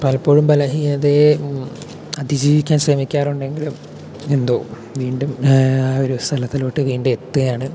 പലപ്പോഴും പല ഇതേ അതിജീവിക്കാൻ ശ്രമിക്കാറുണ്ടെങ്കിലും എന്തോ വീണ്ടും ആ ഒരു സ്ഥലത്തിലോട്ട് വീണ്ടും എത്തുകയാണ്